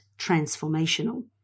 transformational